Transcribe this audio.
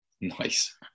Nice